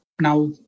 now